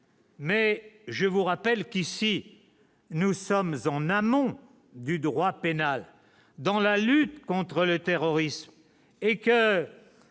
mais je vous rappelle qu'ici nous sommes en amont du droit pénal dans la lutte contre le terrorisme et coeur.